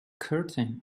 curtain